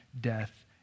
death